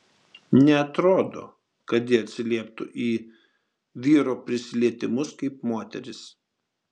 neatrodo kad ji atsilieptų į vyro prisilietimus kaip moteris